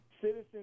Citizens